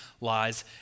lies